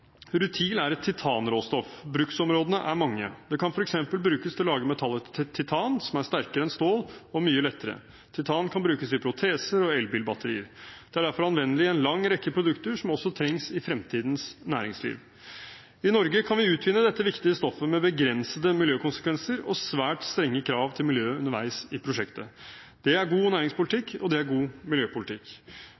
Rutil er et titanråstoff. Bruksområdene er mange. Det kan f.eks. brukes til å lage metallet titan, som er sterkere enn stål og mye lettere. Titan kan brukes i proteser og elbilbatterier. Det er derfor anvendelig i en lang rekke produkter som også trengs i fremtidens næringsliv. I Norge kan vi utvinne dette viktige stoffet med begrensede miljøkonsekvenser og svært strenge krav til miljøet underveis i prosjektet. Det er god næringspolitikk, og det er god miljøpolitikk.